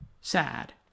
sad